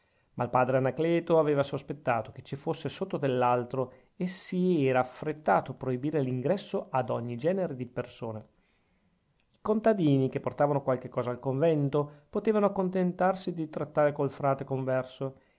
ma il padre anacleto aveva sospettato che ci fosse sotto dell'altro e si era affrettato a proibire l'ingresso ad ogni genere di persone i contadini che portavano qualche cosa al convento potevano contentarsi di trattare col frate converso